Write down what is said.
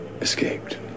escaped